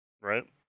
Right